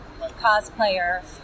cosplayer